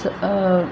त